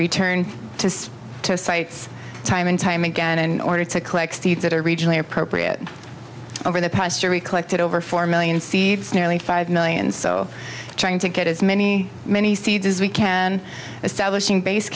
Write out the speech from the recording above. return to sites time and time again in order to collect seeds that are regionally appropriate over the past year we collected over four million seeds nearly five million so trying to get as many many seeds as we can establishing base